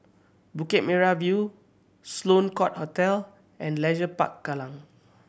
Bukit Merah View Sloane Court Hotel and Leisure Park Kallang